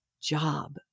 job